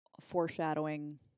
foreshadowing